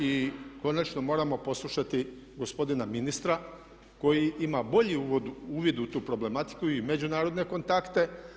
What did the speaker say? I konačno moramo poslušati gospodina ministra koji ima bolji uvid u tu problematiku i međunarodne kontakte.